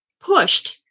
pushed